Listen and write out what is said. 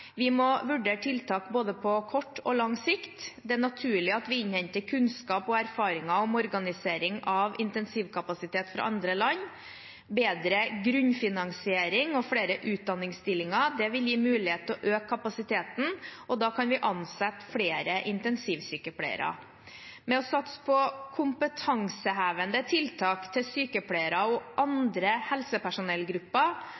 Vi må vurdere tiltak på både kort og lang sikt. Det er naturlig at vi innhenter kunnskap og erfaring om organisering av intensivkapasitet fra andre land. Bedre grunnfinansiering og flere utdanningsstillinger vil gi mulighet til å øke kapasiteten, og da kan vi ansette flere intensivsykepleiere. Ved at man satser på kompetansehevende tiltak til sykepleiere og